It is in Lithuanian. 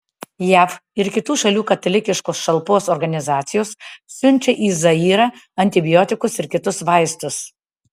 jav ir kitų šalių katalikiškos šalpos organizacijos siunčia į zairą antibiotikus ir kitus vaistus